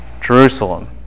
Jerusalem